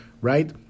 right